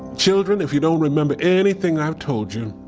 children, if you don't remember anything i've told you,